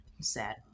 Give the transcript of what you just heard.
Sad